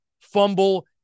fumble